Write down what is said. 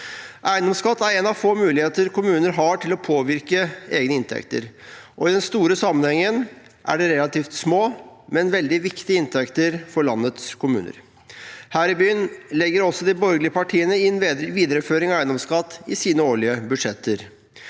Eiendomsskatt er en av få muligheter kommuner har til å påvirke egne inntekter, og i den store sammenhengen er det relativt små, men veldig viktige inntekter for landets kommuner. Her i byen legger også de borgerlige partiene inn videreføring av eiendomsskatt i sine årlige budsjetter.